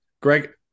Greg